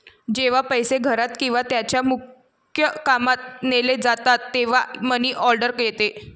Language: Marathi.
जेव्हा पैसे घरात किंवा त्याच्या मुक्कामात नेले जातात तेव्हा मनी ऑर्डर येते